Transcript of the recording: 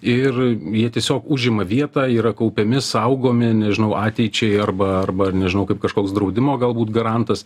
ir jie tiesiog užima vietą yra kaupiami saugomi nežinau ateičiai arba arba nežinau kaip kažkoks draudimo galbūt garantas